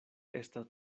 estas